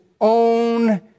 own